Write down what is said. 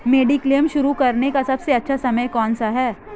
Mediclaim शुरू करने का सबसे अच्छा समय कौनसा है?